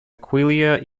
aquileia